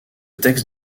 texte